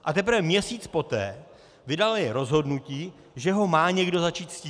A teprve měsíc poté vydali rozhodnutí, že ho má někdo začít stíhat.